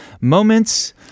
moments